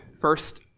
First